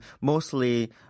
mostly